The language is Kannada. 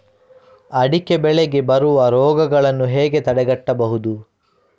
ಅಡಿಕೆ ಬೆಳೆಗೆ ಬರುವ ರೋಗಗಳನ್ನು ಹೇಗೆ ತಡೆಗಟ್ಟಬಹುದು?